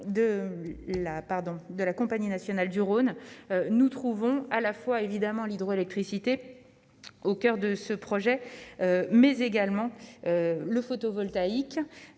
de la Compagnie nationale du Rhône, nous trouvons à la fois évidemment l'hydroélectricité au coeur de ce projet, mais également le photovoltaïque